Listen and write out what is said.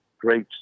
great